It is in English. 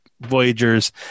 voyagers